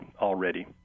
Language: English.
already